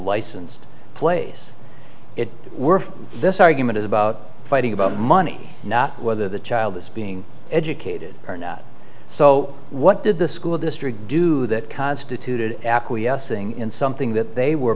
licensed place it were this argument is about fighting about money not whether the child is being educated or not so what did the school district do that caused to tooted acquiescing in something that they were